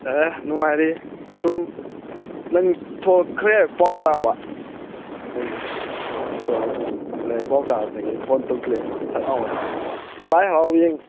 ꯑꯦ ꯅꯨꯡꯉꯥꯏꯔꯤ ꯁꯨꯝ ꯅꯪ ꯊꯣꯛꯈ꯭ꯔꯦ ꯍꯥꯏꯕ ꯄꯥꯎ ꯇꯥꯕ ꯅꯪ ꯑꯗꯣ ꯅꯪ ꯊꯣꯛꯂꯛꯑꯦ ꯄꯥꯎ ꯇꯥꯕꯗꯒꯤ ꯑꯩ ꯐꯣꯟ ꯇꯧꯁꯤꯜꯂꯛꯏ ꯅꯉꯣꯟꯗ ꯁꯠ ꯂꯥꯎ ꯂꯥꯏ ꯍꯔꯥꯎ ꯌꯦꯡ